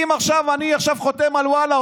אם אני עכשיו חותם על וואלה,